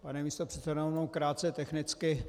Pane místopředsedo, já jen krátce technicky.